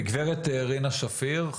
גב' רינה שפיר,